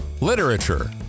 literature